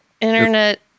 Internet